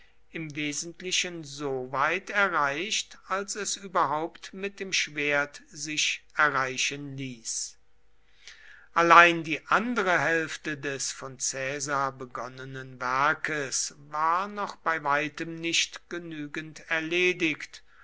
im wesentlichen soweit erreicht als es überhaupt mit dem schwert sich erreichen ließ allein die andere hälfte des von caesar begonnenen werkes war noch bei weitem nicht genügend erledigt